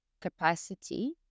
capacity